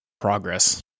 progress